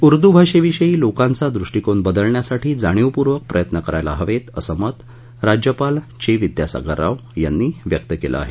उर्दू भाषेविषयी लोकांचा दृष्टीकोन बदलण्यासाठी जाणीपूर्वक प्रयत्न करायला हवेत असं मत राज्यपाल चे विद्यासागर राव यांनी व्यक्त केलंय